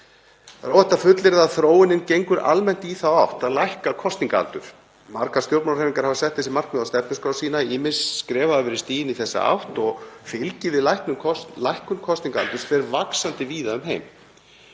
Það er óhætt að fullyrða að þróunin gengur almennt í þá átt að lækka kosningaaldur. Margar stjórnmálahreyfingar hafa sett þessi markmið í stefnuskrá sína, ýmis skref hafa verið stigin í þessa átt og fylgi við lækkun kosningaaldurs fer vaxandi víða um heim.